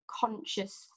conscious